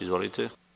Izvolite.